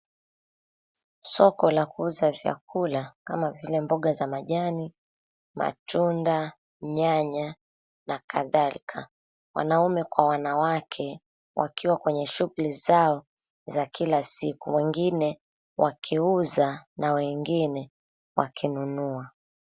Soko la kuuza vyakula kama vile mboga za majani, matunda, nyanya na kadhalika. Wanaume kwa wanawake wakiwa kwenye shughuli zao za kila siku, wengine wakiuza na wengine wakinunua.